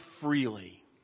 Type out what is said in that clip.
freely